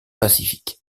pacifique